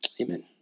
Amen